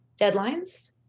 deadlines